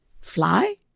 fly